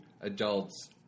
adults